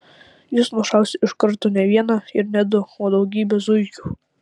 jis nušaus iš karto ne vieną ir ne du o daugybę zuikių